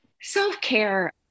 Self-care